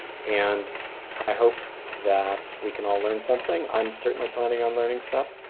and i hope that we can all learn something. i'm certainly planning on learning stuff.